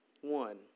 One